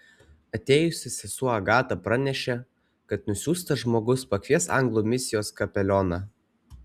atėjusi sesuo agata pranešė kad nusiųstas žmogus pakvies anglų misijos kapelioną